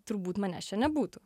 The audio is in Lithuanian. turbūt manęs čia nebūtų